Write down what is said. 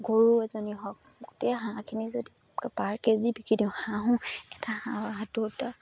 গৰু এজনী হওক গোটেই হাঁহখিনি যদি পাৰ কে জি বিকি দিওঁ হাঁহো এটা হাঁহৰ সাঁতশ টকা